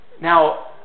Now